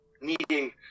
needing